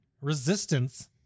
resistance